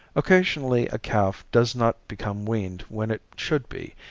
occasionally a calf does not become weaned when it should be,